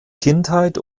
kindheit